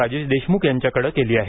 राजेश देशमुख यांच्याकडे केली आहे